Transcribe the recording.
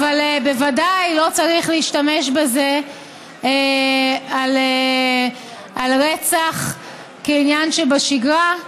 בוודאי לא צריך להשתמש בזה על רצח, כעניין שבשגרה,